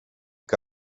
que